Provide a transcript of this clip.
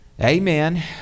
amen